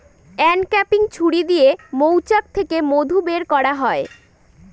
uncapping ছুরি দিয়ে মৌচাক থেকে মধু বের করা হয়